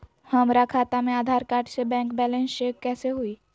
हमरा खाता में आधार कार्ड से बैंक बैलेंस चेक कैसे हुई?